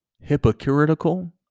hypocritical